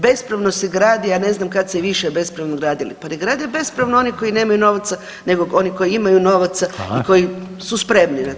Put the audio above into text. Bespravno se gradi, a ne znam kad se više bespravno gradili, pa ne bespravno oni koji nemaju novaca nego koji imaju novaca i koji su spremni na to.